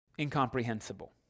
Incomprehensible